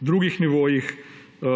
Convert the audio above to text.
drugih nivojih.